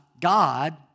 God